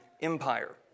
Empire